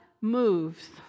moves